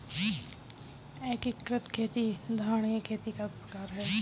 एकीकृत खेती धारणीय खेती का प्रकार है